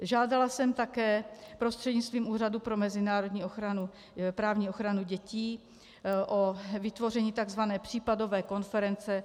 Žádala jsem také prostřednictvím Úřadu pro mezinárodněprávní ochranu dětí o vytvoření tzv. případové konference.